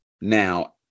Now